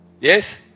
Yes